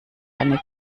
eine